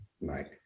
Right